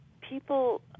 people